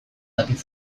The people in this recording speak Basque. dakit